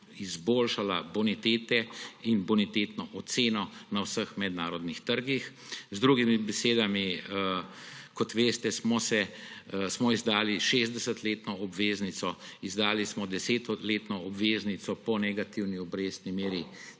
izboljšala bonitete in bonitetno oceno na vseh mednarodnih trgih. Z drugimi besedami, kot veste, smo izdali 60-letno obveznico, izdali smo 10-letno obveznico po negativni obrestni meri.